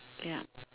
ya